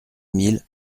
mille